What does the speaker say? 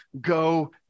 go